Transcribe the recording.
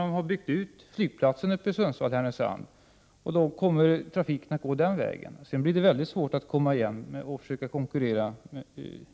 Om två år kommer flygplatsen i Sundsvall/Härnösand att vara utbyggd och då kommer trafiken att styras den vägen. Därefter blir det mycket svårt för järnvägen att komma igen och konkurrera.